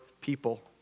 people